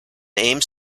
aims